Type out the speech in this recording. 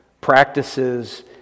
practices